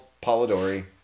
Polidori